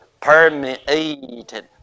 permeated